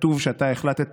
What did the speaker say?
כתוב שאתה החלטת